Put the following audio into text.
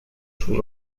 sus